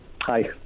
Hi